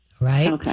right